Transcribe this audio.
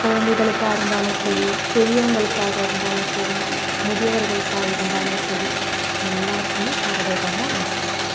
குலந்தைகளுக்கா இருந்தாலும் சரி பெரியவங்களுக்காக இருந்தாலும் சரி முதியவர்களுக்காக இருந்தாலும் சரி எல்லாருக்குமே பறவைகள்னால் ரொம்ப பிடிக்கும்